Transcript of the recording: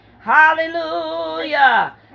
Hallelujah